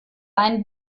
ein